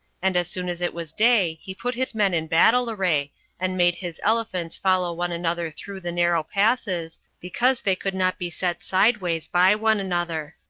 and as soon as it was day, he put his men in battle-array, and made his elephants follow one another through the narrow passes, because they could not be set sideways by one another.